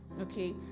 Okay